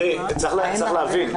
צריך להבין,